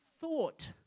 thought